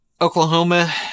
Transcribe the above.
Oklahoma